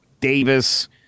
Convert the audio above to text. Davis